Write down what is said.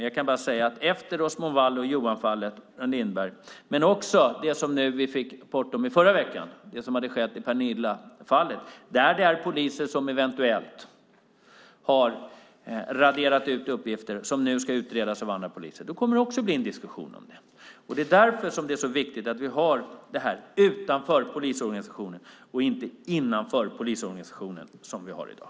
Jag kan bara säga att efter Osmo Vallo och Johanfallen och det som skett i Pernillafallet, där det är polisen som eventuellt har raderat ut uppgifter och som kommer att utredas av andra poliser, kommer det också att bli diskussioner. Det är därför så viktigt att vi har det utanför polisorganisationen och inte innanför som vi har i dag.